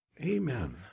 Amen